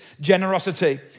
generosity